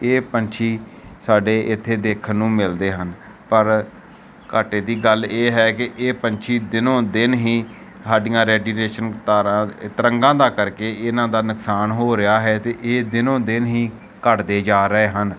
ਇਹ ਪੰਛੀ ਸਾਡੇ ਇੱਥੇ ਦੇਖਣ ਨੂੰ ਮਿਲਦੇ ਹਨ ਪਰ ਘਾਟੇ ਦੀ ਗੱਲ ਇਹ ਹੈ ਕਿ ਇਹ ਪੰਛੀ ਦਿਨੋਂ ਦਿਨ ਹੀ ਸਾਡੀਆਂ ਰੈਡੀਟੇਸ਼ਨ ਤਾਰਾਂ ਤਰੰਗਾਂ ਦਾ ਕਰਕੇ ਇਹਨਾਂ ਦਾ ਨੁਕਸਾਨ ਹੋ ਰਿਹਾ ਹੈ ਅਤੇ ਇਹ ਦਿਨੋਂ ਦਿਨ ਹੀ ਘਟਦੇ ਜਾ ਰਹੇ ਹਨ